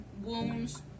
wounds